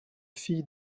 fille